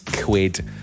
quid